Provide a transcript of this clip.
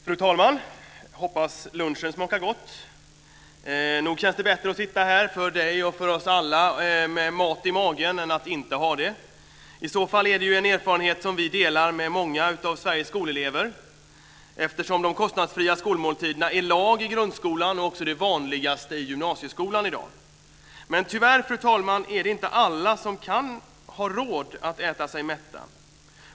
Fru talman! Hoppas att lunchen smakade gott. Nog känns det bättre att sitta här för fru talman och för oss alla med mat i magen än utan? I så fall är det en erfarenhet som vi delar med många av Sveriges skolelever, eftersom det är lag på de kostnadsfria skolmåltiderna i grundskolan. Det är också det vanligaste i gymnasieskolan i dag. Men tyvärr, fru talman, är det inte alla som har råd att äta sig mätta.